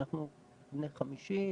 אנחנו בני 50,